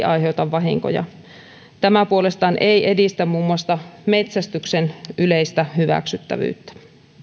aiheuta vahinkoja tämä puolestaan ei edistä muun muassa metsästyksen yleistä hyväksyttävyyttä